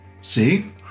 See